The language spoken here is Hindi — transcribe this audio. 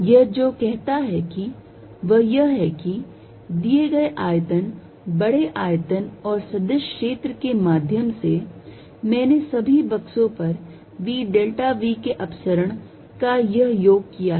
यह जो कहता है वह यह है कि दिए गए आयतन बड़े आयतन और सदिश क्षेत्र के माध्यम से मैंने सभी बक्सों पर v delta v के अपसरण का यह योग किया है